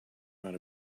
not